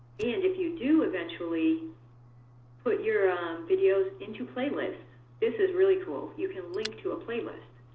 and if you do eventually put your videos into playlists this is really cool you can link to a playlist.